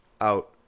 out